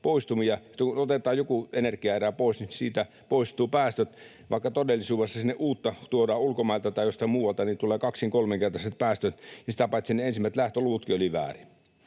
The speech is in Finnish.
Kun otetaan joku energiaerä pois, niin siitä poistuvat päästöt, vaikka todellisuudessa sinne tuodaan uutta ulkomailta tai jostain muualta ja tulee kaksin—kolminkertaiset päästöt. Ja sitä paitsi ne ensimmäiset lähtöluvutkin olivat väärin.